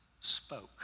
spoke